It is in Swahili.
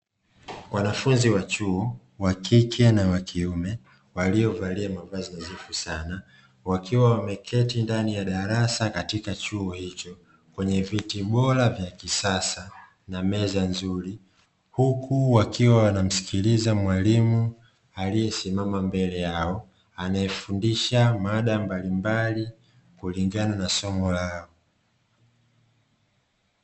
Wanafunzi (wa chuo) wakike na wakiume, waliovalia mavazi nadhifu sana, wakiwa wameketi ndani ya darasa katika chuo hicho, kwenye viti bora vya kisasa na meza nzuri, huku wakiwa wanamsikiliza mwalimu (aliyesimama mbele yao) anayefundisha mada mbalimbali, kulingana na somo lao.